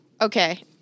Okay